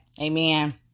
Amen